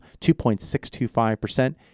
2.625%